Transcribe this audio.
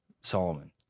Solomon